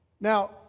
Now